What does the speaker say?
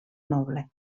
noble